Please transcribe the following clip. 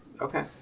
Okay